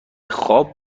خواب